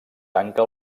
tanca